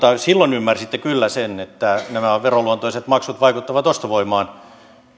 silloin ymmärsitte kyllä sen että nämä veroluonteiset maksut vaikuttavat ostovoimaan